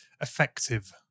effective